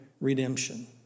redemption